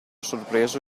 sorpreso